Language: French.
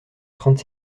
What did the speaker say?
trente